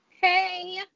Hey